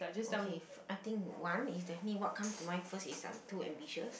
okay I think one is definitely what come to mind first is I'm too ambitious